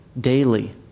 daily